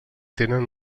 tenen